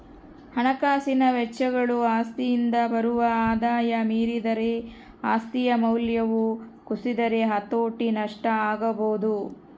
ಹಣಕಾಸಿನ ವೆಚ್ಚಗಳು ಆಸ್ತಿಯಿಂದ ಬರುವ ಆದಾಯ ಮೀರಿದರೆ ಆಸ್ತಿಯ ಮೌಲ್ಯವು ಕುಸಿದರೆ ಹತೋಟಿ ನಷ್ಟ ಆಗಬೊದು